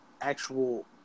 actual